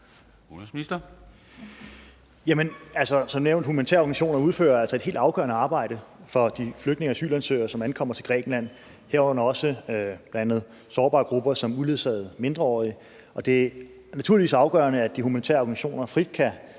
Som nævnt udfører humanitære organisationer altså et helt afgørende arbejde for de flygtninge og asylansøgere, som ankommer til Grækenland, herunder bl.a. også sårbare grupper som uledsagede mindreårige, og det er naturligvis afgørende, at de humanitære organisationer frit kan